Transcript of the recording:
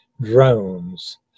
drones